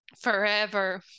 forever